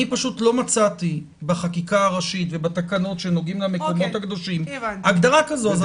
אני לא מצאתי בחקיקה הראשית ובתקנות שנוגעים למקומות הקדושים הגדרה כזו.